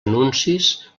anuncis